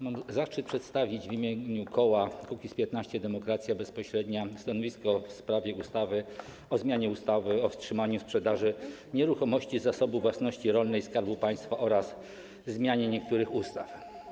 Mam zaszczyt przedstawić w imieniu koła Kukiz’15 - Demokracja Bezpośrednia stanowisko w sprawie ustawy o zmianie ustawy o wstrzymaniu sprzedaży nieruchomości Zasobu Własności Rolnej Skarbu Państwa oraz o zmianie niektórych ustaw.